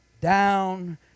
down